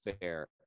fair